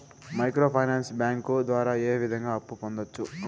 micro finance bank ద్వారా ఏ విధంగా అప్పు పొందొచ్చు